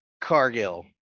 Cargill